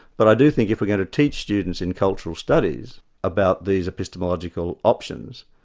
but i do think if we're going to teach students in cultural studies about these epistemological options,